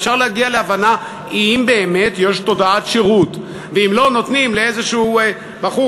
אפשר להגיע להבנה אם באמת יש תודעת שירות ואם לא נותנים לאיזה בחור